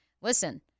listen